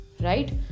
right